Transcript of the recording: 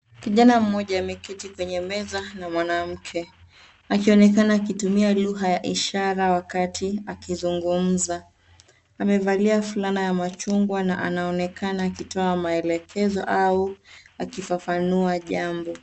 Kijana mmoja ameketi kwenye meza, na mwanamke, akionekana akitumia lugha ya ishara, wakati akizungumza. Amevalia fulana ya machungwa na anaonekana akitoa maelekezo, au akifafanua jambo.